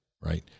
right